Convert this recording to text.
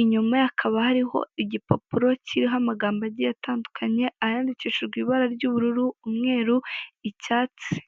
inyuma ye hakaba hariho igipapuro kiriho amagambo agiye atandukanye ayandikishijwe ibara ry'ubururu, umweru, icyatsi.